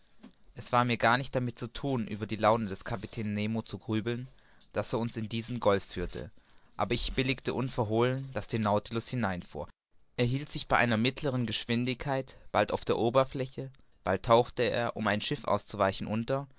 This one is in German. es war mir gar nicht darum zu thun über die laune des kapitäns nemo zu grübeln daß er uns in diesen golf führte aber ich billigte unverholen daß der nautilus hinein fuhr er hielt sich bei einer mittleren geschwindigkeit bald auf der oberfläche bald tauchte er um einem schiff auszuweichen unter